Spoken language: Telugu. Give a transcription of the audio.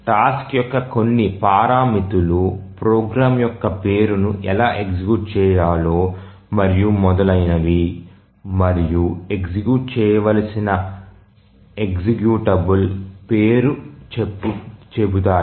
టాస్క్ యొక్క కొన్ని పారామితులు ప్రోగ్రామ్ యొక్క పేరును ఎలా ఎగ్జిక్యూట్ చేయాలో మరియు మొదలైనవి మరియు ఎగ్జిక్యూట్ చేయవలసిన ఎక్జిక్యూటబుల్ పేరు చెబుతాయి